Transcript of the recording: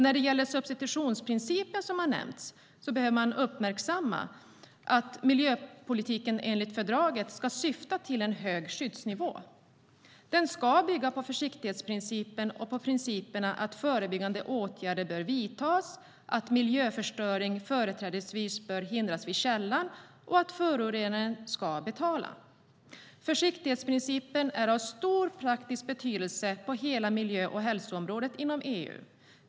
När det gäller substitutionsprincipen, som har nämnts, behöver man uppmärksamma att miljöpolitiken enligt fördraget ska syfta till en hög skyddsnivå. Den ska bygga på försiktighetsprincipen och på principerna att förebyggande åtgärder bör vidtas, att miljöförstöring företrädesvis bör hindras vid källan och att förorenaren ska betala. Försiktighetsprincipen är av stor praktisk betydelse på hela miljö och hälsoområdet inom EU.